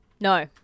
No